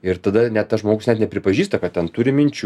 ir tada net tas žmogus net nepripažįsta kad ten turi minčių